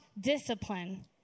discipline